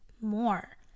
more